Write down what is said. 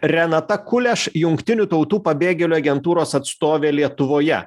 renata kuleš jungtinių tautų pabėgėlių agentūros atstovė lietuvoje